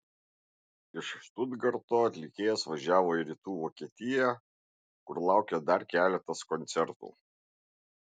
iš štutgarto atlikėjas važiavo į rytų vokietiją kur laukė dar keletas koncertų